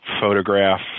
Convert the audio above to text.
photograph